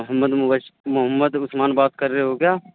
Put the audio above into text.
محمد مبشر محمد عثمان بات کر رہے ہو کیا